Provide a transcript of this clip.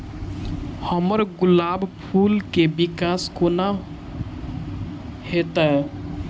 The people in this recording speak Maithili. हम्मर गुलाब फूल केँ विकास कोना हेतै?